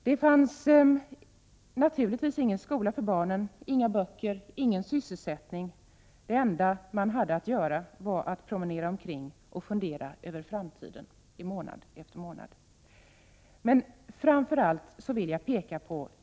Det fanns naturligtvis ingen skola för barnen, inga böcker och ingen sysselsättning. Det enda de hade att göra var att i månad efter månad promenera omkring och fundera över framtiden.